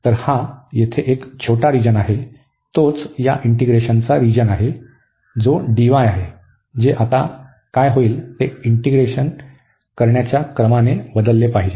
तर हा येथे एक छोटा रिजन आहे तोच या इंटीग्रेशनचा रिजन आहे जो dy आहे जे आता काय होईल ते इंटीग्रेट करण्याच्या क्रमाने बदलले पाहिजे